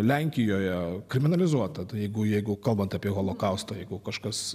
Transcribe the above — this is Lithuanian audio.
lenkijoje kriminalizuota jeigu jeigu kalbant apie holokaustą jeigu kažkas